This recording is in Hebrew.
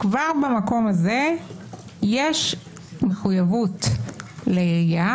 כבר במקום הזה יש מחויבות לעירייה,